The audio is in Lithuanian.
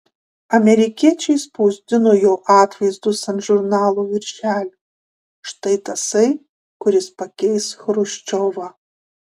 amerikiečiai spausdino jo atvaizdus ant žurnalų viršelių štai tasai kuris pakeis chruščiovą